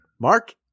Mark